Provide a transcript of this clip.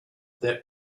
there